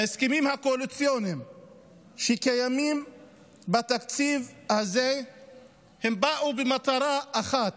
ההסכמים הקואליציוניים שקיימים בתקציב הזה באו במטרה אחת: